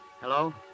Hello